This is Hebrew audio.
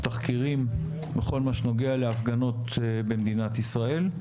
התחקירים בכל מה שנוגע להפגנות במדינת ישראל.